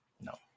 no